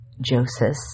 Joseph